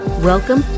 Welcome